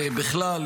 בכלל,